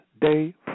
day